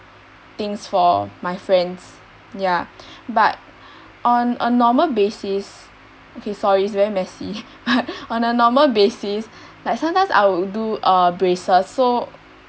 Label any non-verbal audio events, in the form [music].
things for my friends ya but on a normal basis okay sorry is very messy [laughs] but on a normal basis like sometimes I'll do uh braces so